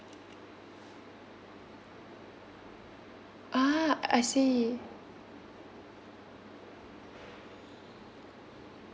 ah I see